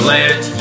Let